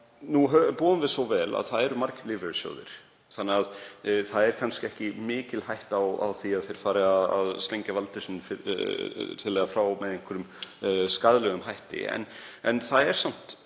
Nú búum við svo vel að það eru margir lífeyrissjóðir þannig að það er kannski ekki mikil hætta á því að þeir fari að slengja valdi sínu til eða frá með skaðlegum hætti. En það er samt